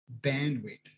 bandwidth